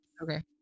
Okay